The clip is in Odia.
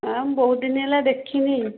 ଆଉ ମୁଁ ବହୁତ ଦିନ ହେଲା ଦେଖିନି